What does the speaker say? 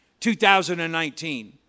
2019